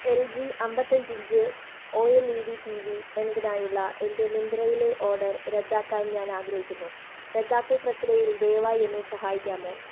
L G അൻപത്തഞ്ച് inch O L E D T V എന്നതിനായുള്ള എൻ്റെ മിന്ത്രയിലെ ഓഡർ റദ്ദാക്കാൻ ഞാനാഗ്രഹിക്കുന്നു റദ്ദാക്കൽ പ്രക്രിയയിൽ ദയവായി എന്നെ സഹായിക്കാമോ